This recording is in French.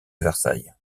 versailles